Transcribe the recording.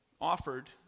offered